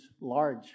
large